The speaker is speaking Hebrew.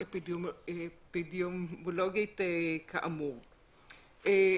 זאת, הוספנו לעצמנו ריסון